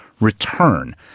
return